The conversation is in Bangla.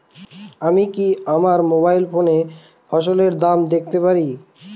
আমি কি আমার মোবাইল ফোনে ফসলের দাম দেখতে পারি?